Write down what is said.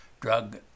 drug